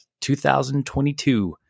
2022